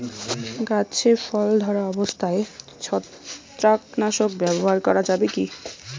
গাছে ফল ধরা অবস্থায় ছত্রাকনাশক ব্যবহার করা যাবে কী?